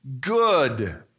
Good